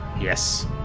Yes